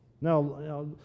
Now